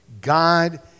God